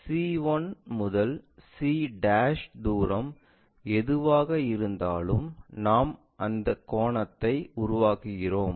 c 1 முதல் c தூரம் எதுவாக இருந்தாலும் நாம் அதே கோணத்தை உருவாக்குகிறோம்